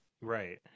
right